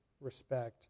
respect